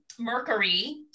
Mercury